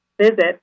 visit